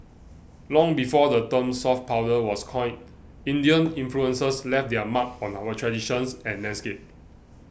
long before the term soft power was coined Indian influences left their mark on our traditions and landscape